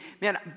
man